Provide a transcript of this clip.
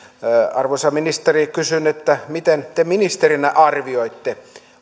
arvoisa ministeri kysyn miten te ministerinä arvioitte